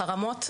חרמות,